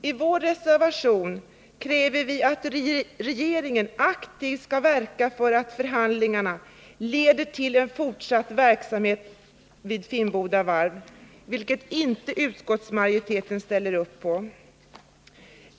I reservation nr 4 kräver utskottets socialdemokratiska Nr 165 ledamöter att regeringen aktivt skall verka för att förhandlingarna leder till att fortsatt verksamhet vid Finnboda Varf kan säkerställas, något som utskottsmajoriteten alltså inte ställer upp på.